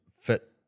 fit